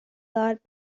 lot